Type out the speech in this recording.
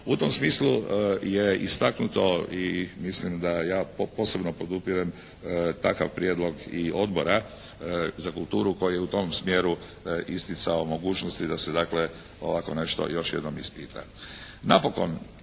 U tom smislu je istaknuto i mislim da ja posebno podupirem takav prijedlog i Odbora za kulturu koji je u tom smjeru isticao mogućnosti da se dakle ovako nešto još jednom ispita.